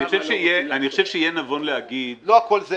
חושב שיהיה נבון להגיד --- לא הכול זה